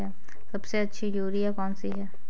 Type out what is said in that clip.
सबसे अच्छी यूरिया कौन सी होती है?